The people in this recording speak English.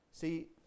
See